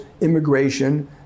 immigration